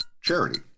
charity